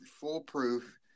foolproof